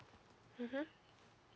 mmhmm